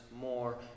more